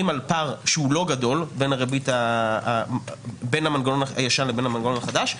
בפער לא גדול בין המנגנון הישן למנגנון החדש.